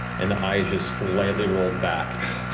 and the eye is is slightly rolled back.